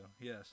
Yes